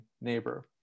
neighbor